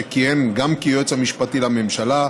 שכיהן גם כיועץ המשפטי לממשלה,